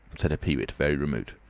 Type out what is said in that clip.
said a peewit, very remote.